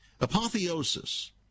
Apotheosis